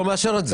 לא מאשר אותם.